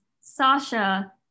Sasha